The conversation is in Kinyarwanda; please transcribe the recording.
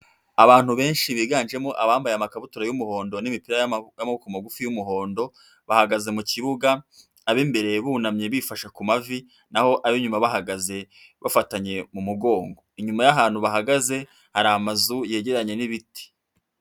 Abantu benshi biganjemo abambaye amakabutura y'umuhondo n'imitira y'amaboko magufi y'umuhondo bahagaze mu kibuga ab'imbere bunamye bifashe ku mavi naho ab'inyuma bahagaze bafatanye mu mugongo, inyuma y'ahantu bahagaze hari amazu yegeranye n'ibiti.